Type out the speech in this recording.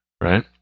right